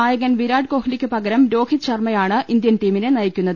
നായകൻ വിരാട് കോഹ്ലിക്കു പകരം രോഹിത് ശർമ്മയാണ് ഇന്ത്യൻ ടീമിനെ നയിക്കുന്നത്